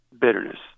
bitterness